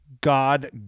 God